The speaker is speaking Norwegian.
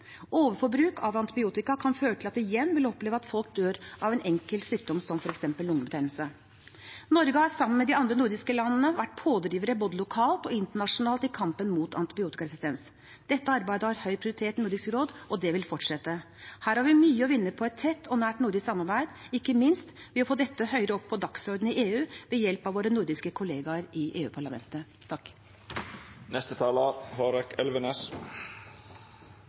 Overforbruk av antibiotika kan føre til at vi igjen vil oppleve at folk dør av en enkel sykdom som f.eks. lungebetennelse. Norge og de andre nordiske landene har vært pådrivere både lokalt og internasjonalt i kampen mot antibiotikaresistens. Dette arbeidet har høy prioritet i Nordisk råd, og det vil fortsette. Her har vi mye å vinne på et tett og nært nordisk samarbeid, ikke minst ved å få dette høyere opp på dagsordenen i EU ved hjelp av våre nordiske kollegaer i